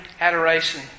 adoration